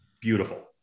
beautiful